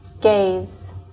gaze